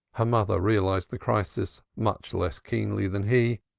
her mother realized the crisis much less keenly than he,